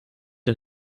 der